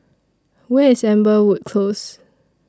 Where IS Amberwood Close